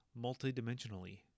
multidimensionally